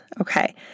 Okay